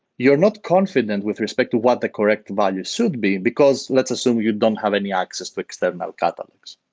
you're not confident with respect to what the correct value should be, because let's assume you don't have any access to external catalogues.